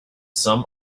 some